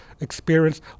experience